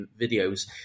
videos